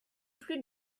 plus